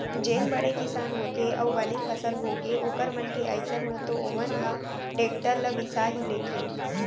जेन बड़े किसान होथे अउ बने फसल होगे ओखर मन के अइसन म तो ओमन ह टेक्टर ल बिसा ही लेथे